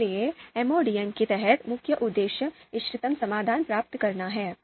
इसलिए MODM के तहत मुख्य उद्देश्य इष्टतम समाधान प्राप्त करना है